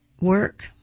work